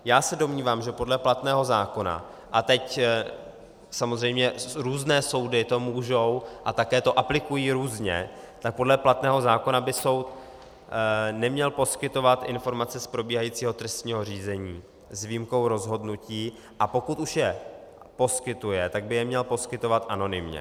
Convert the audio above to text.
Já se domnívám, že podle platného zákona, a teď samozřejmě různé soudy to můžou, a také to aplikují různě, tak podle platného zákona by soud neměl poskytovat informace z probíhajícího trestního řízení s výjimkou rozhodnutí, a pokud už je poskytuje, tak by je měl poskytovat anonymně.